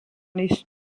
les